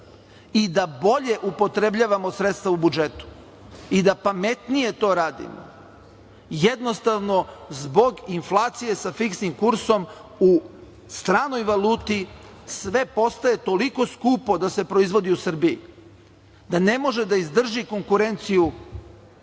I da bolje upotrebljavamo sredstva u budžetu, i da pametnije to radimo, jednostavno, zbog inflacije sa fiksnim kursom u stranoj valuti sve postaje toliko skupo da se proizvodi u Srbiji da ne može da izdrži konkurenciju